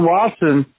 Watson